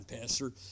pastor